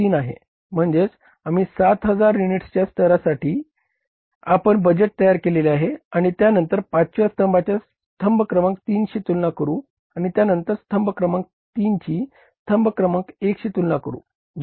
म्हणजे आम्ही 7000 युनिटच्या स्तरासाठी आपण बजेट तयार केले आहे आणि त्यानंतर 5 व्या स्तंभाची स्तंभ क्रमांक 3 शी तुलना करू आणि त्यानंतर स्तंभ क्रमांक 3 ची स्तंभ क्रमांक 1 शी तुलना करू बरोबर